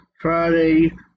Friday